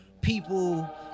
people